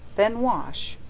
then wash,